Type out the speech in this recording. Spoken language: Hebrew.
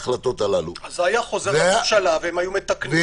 אז זה היה חוזר לממשלה והם היו מתקנים.